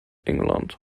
england